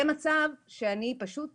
זה מצב שקשה